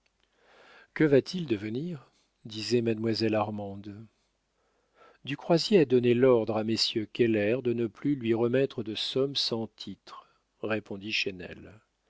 que va-t-il devenir disait mademoiselle armande du croisier a donné l'ordre à messieurs keller de ne plus lui remettre de sommes sans titres répondit